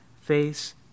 face